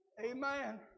Amen